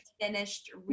finished